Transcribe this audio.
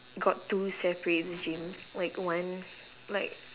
got two separate gym like one like